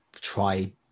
try